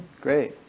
Great